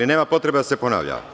Nema potrebe da se ponavlja?